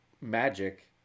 magic